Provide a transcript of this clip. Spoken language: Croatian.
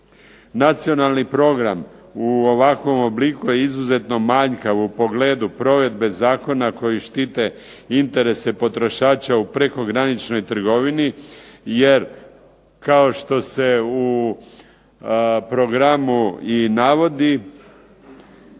Nacionalni program u ovakvom obliku je izuzetno manjkav u pogledu provedbe zakona koji štite interese potrošača u prekograničnoj trgovini, jer kao što se u programu i navodi